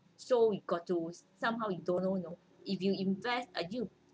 so we've got to some how you don't know you know if you invest in you